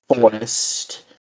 forest